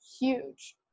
huge